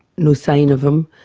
no sign of him.